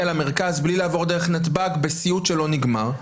למרכז בלי לעבור דרך נתב"ג בסיוט שלא נגמר,